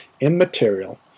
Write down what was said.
immaterial